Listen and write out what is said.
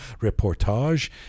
Reportage